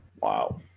Wow